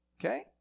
Okay